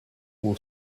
will